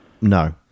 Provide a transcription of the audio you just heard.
No